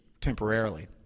temporarily